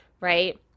right